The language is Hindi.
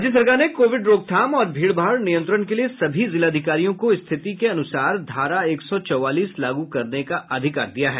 राज्य सरकार ने कोविड रोकथाम और भीड़भाड़ नियंत्रण के लिए सभी जिलाधिकारियों को रिथिति के अनुसार धारा एक सौ चौवालीस लागू करने का अधिकार दिया है